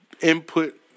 input